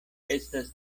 estas